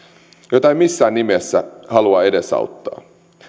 jota en missään nimessä halua edesauttaa